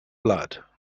blood